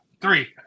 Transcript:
Three